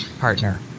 partner